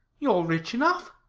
you're rich enough.